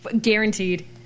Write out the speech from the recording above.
guaranteed